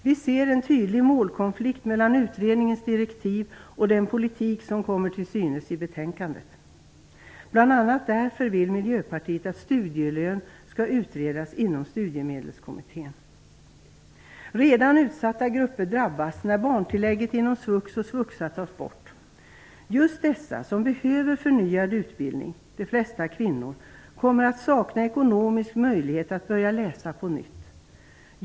Vi ser en tydlig målkonflikt mellan utredningens direktiv och den politik som kommer till uttryck i betänkandet. Bl.a. därför vill Miljöpartiet att frågan om studielön skall utredas inom Studiemedelskommittén. Redan utsatta grupper drabbas när barntillägget inom SVUX och SVUXA tas bort. Just dessa som behöver förnyad utbildning, de flesta kvinnor, kommer att sakna ekonomisk möjlighet att börja läsa på nytt.